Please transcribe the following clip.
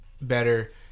better